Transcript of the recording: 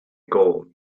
gold